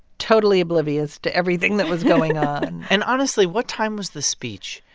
totally oblivious to everything that was going on and honestly, what time was the speech?